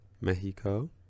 Mexico